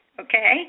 okay